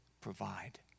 provide